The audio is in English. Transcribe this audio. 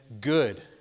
good